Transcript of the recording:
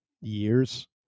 years